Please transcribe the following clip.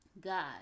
God